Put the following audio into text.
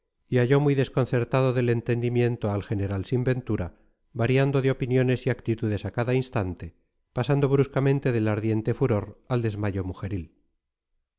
y halló muy desconcertado del entendimiento al general sin ventura variando de opiniones y actitudes a cada instante pasando bruscamente del ardiente furor al desmayo mujeril ya